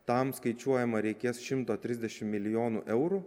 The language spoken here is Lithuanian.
tam skaičiuojama reikės šimto trisdešim milijonų eurų